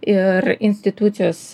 ir institucijos